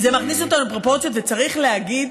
זה מכניס אותנו לפרופורציות, וצריך להגיד